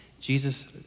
Jesus